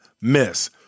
Miss